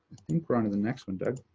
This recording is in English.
think we're on to the next one, doug,